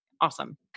awesome